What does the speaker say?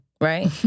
right